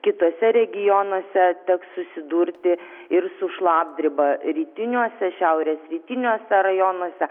kituose regionuose teks susidurti ir su šlapdriba rytiniuose šiaurės rytiniuose rajonuose